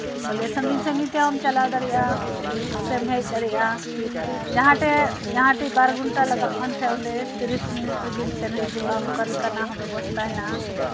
ᱵᱚᱞᱮ ᱥᱟᱺᱜᱤᱧ ᱥᱟᱺᱜᱤᱧᱛᱮᱢ ᱪᱟᱞᱟᱣ ᱫᱟᱲᱮᱭᱟᱜᱼᱟ ᱥᱮᱢ ᱦᱮᱡ ᱫᱟᱲᱮᱭᱟᱜᱼᱟ ᱡᱟᱦᱟᱸ ᱴᱷᱮᱡ ᱵᱟᱨ ᱜᱷᱚᱱᱴᱟ ᱞᱟᱜᱟᱜ ᱠᱟᱱ ᱛᱟᱦᱮᱸᱜ ᱚᱸᱰᱮ ᱛᱤᱨᱤᱥ ᱢᱤᱱᱤᱴ ᱨᱮᱜᱮᱢ ᱥᱮᱱ ᱦᱤᱡᱩᱜᱼᱟ ᱚᱱᱠᱟᱱᱟᱜ ᱦᱚᱸ ᱵᱮᱵᱚᱥᱛᱷᱟ ᱦᱮᱱᱟᱜᱼᱟ